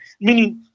meaning